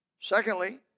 Secondly